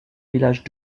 village